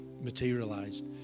materialized